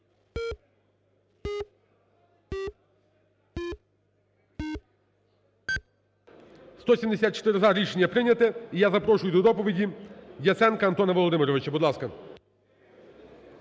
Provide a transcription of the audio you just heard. За-174 Рішення прийнято. І я запрошую до доповіді Яценка Антона Володимировича. Будь ласка.